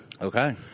Okay